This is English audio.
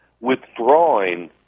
withdrawing